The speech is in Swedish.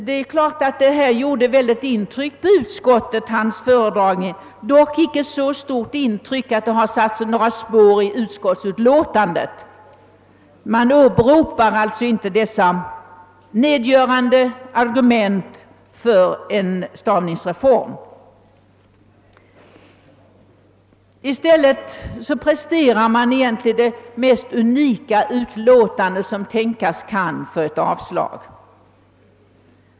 Hans föredragning gjorde naturligtvis ett väldigt intryck på utskottet, dock icke så stort intryck att det har satt några spår i utskottsutlåtandet. Där åberopas alltså inte dessa nedgörande argument mot en stavningsreform. I stället presteras det mest unika utlåtande som tänkas kan för ett avslag.